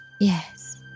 Yes